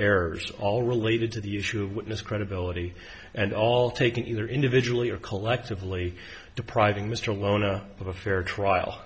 errors all related to the issue of witness credibility and all taken either individually or collectively depriving mr alona of a fair trial